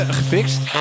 gefixt